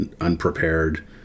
unprepared